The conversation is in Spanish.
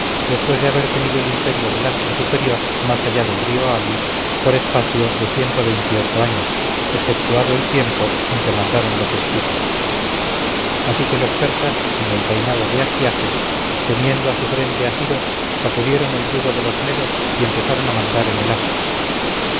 después de haber tenido el imperio del asia superior más allá del río halis por espacio de ciento veintiocho años exceptuado el tiempo en que mandaron los escitas así que los persas en el reinado de astiages teniendo a su frente a ciro sacudieron el yugo de los medos y empezaron a mandar en el asia